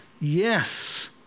Yes